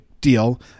deal